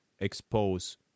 expose